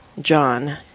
John